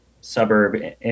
suburb